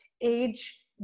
age